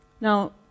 Now